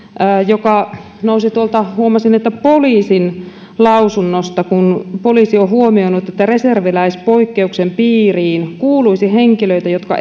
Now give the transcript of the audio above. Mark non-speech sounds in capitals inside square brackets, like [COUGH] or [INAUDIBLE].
joka nousi tuolta huomasin poliisin lausunnosta että poliisi on huomioinut että reserviläispoikkeuksen piiriin kuuluisi henkilöitä jotka [UNINTELLIGIBLE]